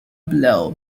below